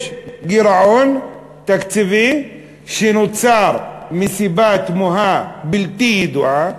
יש גירעון תקציבי שנוצר מסיבה תמוהה, בלתי ידועה,